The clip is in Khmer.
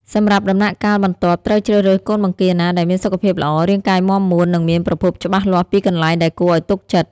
សម្រាប់ដំណាក់កាលបន្ទាប់ ត្រូវជ្រើសរើសកូនបង្គាណាដែលមានសុខភាពល្អ រាងកាយមាំមួន និងមានប្រភពច្បាស់លាស់ពីកន្លែងដែលគួរឲ្យទុកចិត្ត។